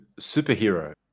Superhero